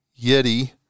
Yeti